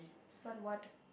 but what